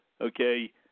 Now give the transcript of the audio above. okay